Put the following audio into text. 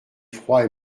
froid